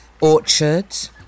orchards